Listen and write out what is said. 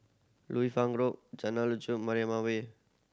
Liu Fang Road Jalan Lanjut Mariam Way